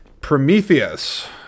Prometheus